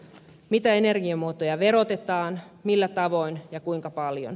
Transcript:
mitä energiamuotoja verotetaan millä tavoin ja kuinka paljon